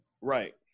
right